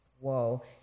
whoa